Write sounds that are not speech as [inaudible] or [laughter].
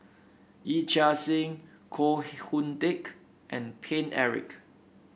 Yee Chia Hsing Koh [hesitation] Hoon Teck and Paine Eric